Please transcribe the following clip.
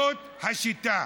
זאת השיטה: